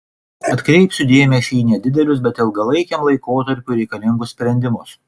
atkreipsiu dėmesį į nedidelius bet ilgalaikiam laikotarpiui reikalingus sprendimus